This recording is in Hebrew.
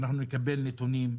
שאנחנו נקבל נתונים,